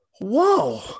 whoa